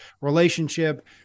relationship